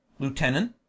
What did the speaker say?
Lieutenant